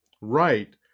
right